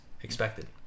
expected